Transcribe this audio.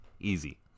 Easy